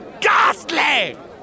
Ghastly